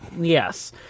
Yes